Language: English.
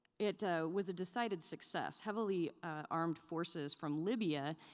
it was a decided success. heavily armed forces from libya